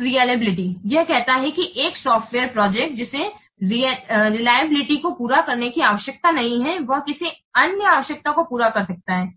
विश्वसनीयता का कानून यह कहता है कि एक सॉफ्टवेयर प्रोजेक्ट जिसे विश्वसनीयता को पूरा करने की आवश्यकता नहीं है वह किसी अन्य आवश्यकता को पूरा कर सकता है